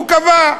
הוא קבע,